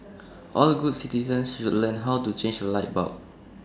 all good citizens should learn how to change A light bulb